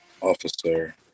officer